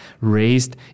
raised